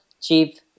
chief